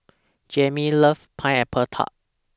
Jayme loves Pineapple Tart